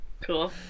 cool